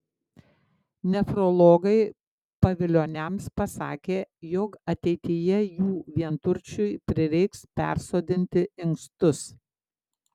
nefrologai pavilioniams pasakė jog ateityje jų vienturčiui prireiks persodinti inkstus